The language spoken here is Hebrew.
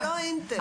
לא intex.